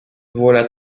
voilà